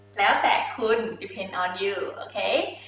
that that could depend on you, okay,